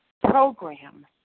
program